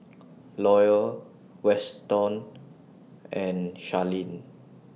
Lorie Weston and Sharleen